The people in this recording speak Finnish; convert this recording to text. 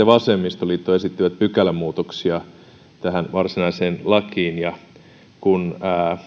vasemmistoliitto esittivät pykälämuutoksia tähän varsinaiseen lakiin ja kun